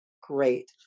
Great